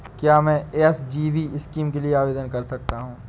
क्या मैं SGB scheme के लिए आवेदन कर सकता हूँ?